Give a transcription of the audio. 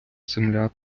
земля